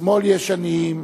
בשמאל יש עניים,